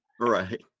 right